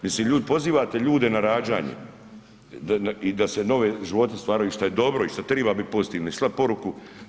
Mislim, pozivate ljude na rađanje i da se novi životu stvaraju, što je dobro i što treba biti pozitivno i slati poruku.